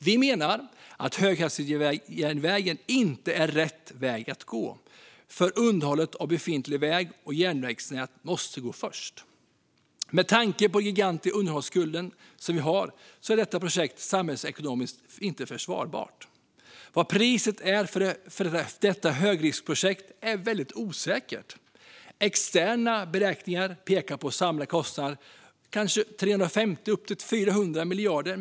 Vi menar att höghastighetsjärnvägen inte är rätt väg att gå, för underhållet av befintlig väg och järnvägsnät måste gå först. Med tanke på den gigantiska underhållsskuld som vi har är inte detta projekt samhällsekonomiskt försvarbart. Vad priset är för detta högriskprojekt är väldigt osäkert. Externa beräkningar pekar på en sammanlagd kostnad på kanske 350 och upp till 400 miljarder kronor.